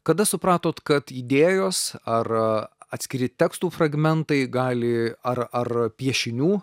kada supratot kad idėjos ar atskiri tekstų fragmentai gali ar ar piešinių